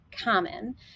common